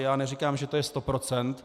Já neříkám, že to je sto procent.